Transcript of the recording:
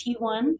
T1